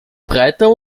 breiter